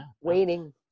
Waiting